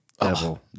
Devil